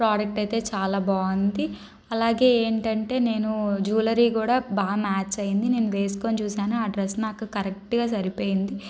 product అయితే చాలా బాగుంది అలాగే ఏంటంటే నేను జ్యువెలరీ కూడా బాగా మ్యాచ్ అయింది నేను వేసుకుని చూశాను ఆ డ్రెస్ నాకు కరెక్ట్గా సరిపోయింది